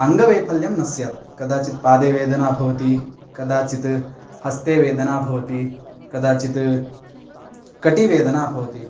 अङ्गवैफल्यं न स्यात् कदाचित् पादे वेदना भवति कदाचित् हस्ते वेदना भवति कदाचित् कटीवेदना भवति